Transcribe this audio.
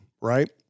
right